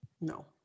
no